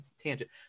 tangent